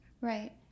Right